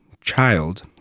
child